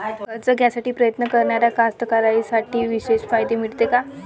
कर्ज घ्यासाठी प्रयत्न करणाऱ्या कास्तकाराइसाठी विशेष फायदे मिळते का?